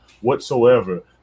whatsoever